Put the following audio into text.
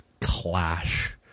clash